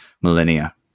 millennia